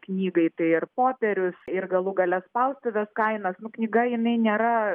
knygai tai ir popierius ir galų gale spaustuvės kainas nu knyga jinai nėra